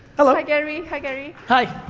hello. hi gary, hi gary. hi.